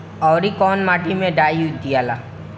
औवरी कौन माटी मे डाई दियाला?